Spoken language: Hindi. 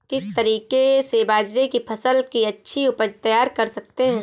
किस तरीके से बाजरे की फसल की अच्छी उपज तैयार कर सकते हैं?